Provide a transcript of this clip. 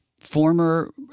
former